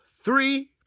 three